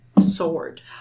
sword